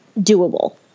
doable